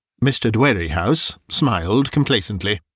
mr. dwerrihouse smiled complacently.